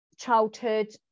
childhood